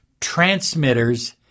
transmitters